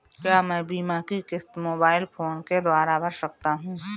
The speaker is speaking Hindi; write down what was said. क्या मैं बीमा की किश्त मोबाइल फोन के द्वारा भर सकता हूं?